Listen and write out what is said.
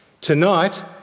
Tonight